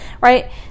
right